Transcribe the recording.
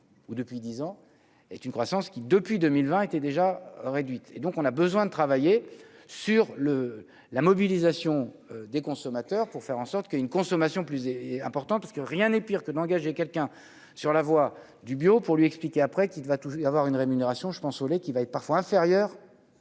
ou depuis 10 ans, est une croissance qui, depuis 2020 était déjà réduite et donc on a besoin de travailler sur le la mobilisation des consommateurs pour faire en sorte que une consommation plus et important, parce que rien n'est pire que d'engager quelqu'un sur la voie du bio pour lui expliquer après qu'il va toujours avoir une rémunération je pense qui va être parfois inférieurs.